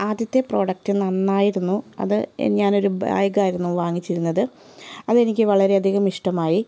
ആദ്യത്തെ പ്രോഡക്റ്റ് നന്നായിരുന്നു അത് ഞാനൊരു ബാഗായിരുന്നു വാങ്ങിച്ചിരുന്നത് അതെനിക്ക് വളരെയധികം ഇഷ്ടമായി